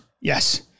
Yes